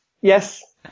Yes